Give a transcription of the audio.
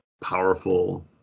powerful